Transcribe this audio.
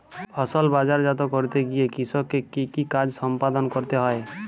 ফসল বাজারজাত করতে গিয়ে কৃষককে কি কি কাজ সম্পাদন করতে হয়?